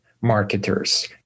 marketers